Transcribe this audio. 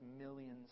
millions